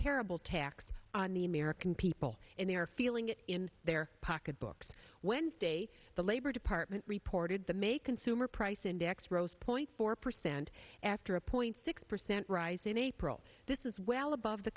terrible tax on the american people and they are feeling it in their pocketbooks wednesday the labor department reported the may consumer price index rose point four percent after a point six percent rise in april this is well above the